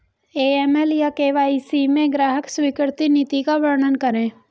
AML या KYC में ग्राहक स्वीकृति नीति का वर्णन करें?